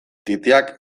titiak